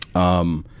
um,